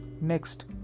Next